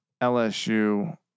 LSU